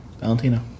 Valentino